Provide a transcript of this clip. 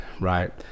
right